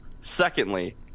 Secondly